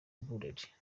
included